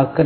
11